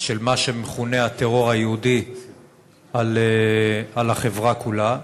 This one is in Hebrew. של מה שמכונה הטרור היהודי על החברה כולה.